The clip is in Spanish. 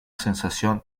sensación